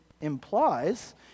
implies